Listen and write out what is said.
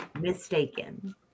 mistaken